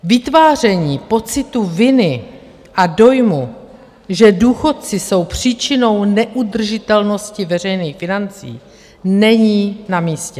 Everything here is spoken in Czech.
Vytváření pocitu viny a dojmu, že důchodci jsou příčinou neudržitelnosti veřejných financí, není namístě.